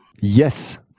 Yes